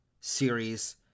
series